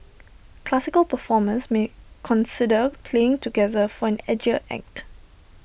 classical performers may consider playing together for an edgier act